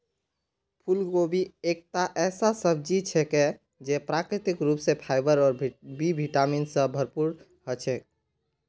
फूलगोभी एकता ऐसा सब्जी छिके जे प्राकृतिक रूप स फाइबर और बी विटामिन स भरपूर ह छेक